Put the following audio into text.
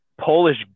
polish